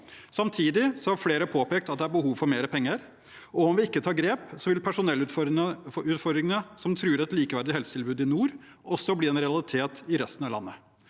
Samtidig har flere påpekt at det er behov for mer penger. Om vi ikke tar grep, vil personellutfordringer som truer et likeverdig helsetilbud i nord, også bli en realitet i resten av landet.